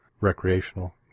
recreational